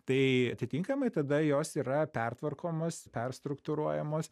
tai atitinkamai tada jos yra pertvarkomos perstruktūruojamos